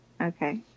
Okay